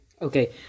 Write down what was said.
Okay